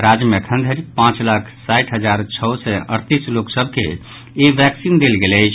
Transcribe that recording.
राज्य मे अखन धरि पांच लाख साठि हजार छओ सय अड़तीस लोक सभ के ई वैक्सीन देल गेल अछि